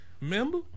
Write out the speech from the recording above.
Remember